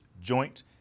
Joint